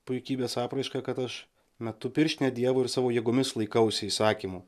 puikybės apraišką kad aš metu pirštinę dievui ir savo jėgomis laikausi įsakymų